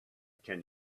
can